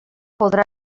podrà